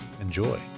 Enjoy